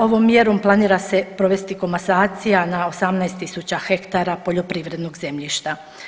Ovom mjerom planira se provesti komasacija na 18.000 hektara poljoprivrednog zemljišta.